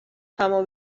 همو